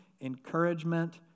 encouragement